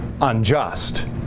unjust